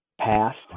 past